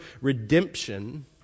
redemption